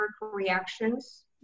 reactions